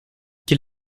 quel